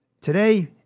today